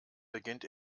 beginnt